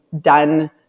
done